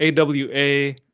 AWA